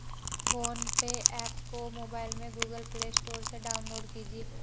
phone पे app को mobile में गूगल प्ले स्टोर से डाउनलोड कीजिए